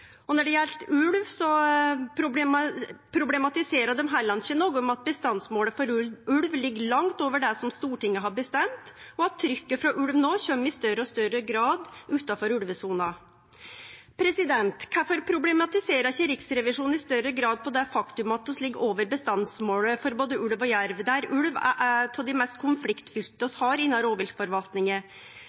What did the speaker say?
Når det gjeld ulv, problematiserer dei heller ikkje at bestandsmålet for ulv ligg langt over det som Stortinget har bestemt, og at trykket frå ulv no kjem i større og større grad utanfor ulvesona. Kvifor problematiserer ikkje Riksrevisjonen i større grad det faktum at vi ligg over bestandsmålet for både ulv og jerv, og at ulv er noko av det mest konfliktfylte vi har